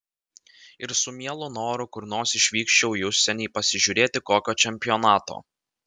ir su mielu noru kur nors išvykčiau į užsienį pasižiūrėti kokio čempionato